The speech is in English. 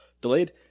delayed